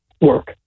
work